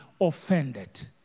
offended